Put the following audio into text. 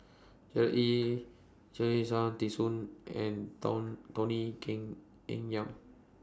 L Ee D Soon and Tony Keng in Yam